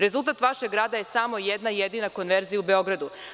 Rezultat vašeg rada je samo jedna jedina konverzija u Beogradu.